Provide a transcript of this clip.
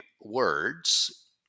words